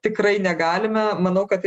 tikrai negalime manau kad